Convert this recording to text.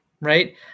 right